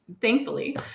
thankfully